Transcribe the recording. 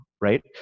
right